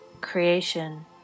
creation